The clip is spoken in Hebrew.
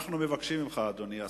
אנחנו מבקשים ממך, אדוני השר,